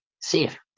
safe